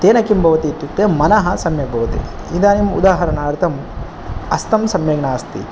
तेन किं भवति इत्युक्ते मनः सम्यक् भवति इदानीम् उदाहरणार्थम् हस्तं सम्यक् नास्ति